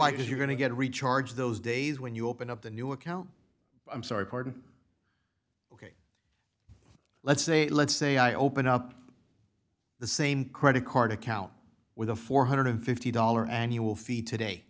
like is you're going to get recharged those days when you open up the new account i'm sorry pardon let's say let's say i open up the same credit card account with a four hundred and fifty dollars annual fee today